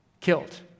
killed